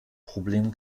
problem